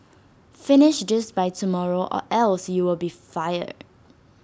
finish this by tomorrow or else you will be fired